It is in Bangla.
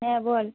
হ্যাঁ বল